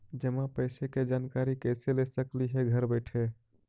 जमा पैसे के जानकारी कैसे ले सकली हे घर बैठे?